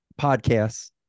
podcasts